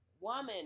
woman